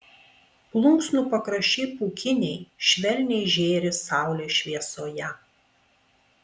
plunksnų pakraščiai pūkiniai švelniai žėri saulės šviesoje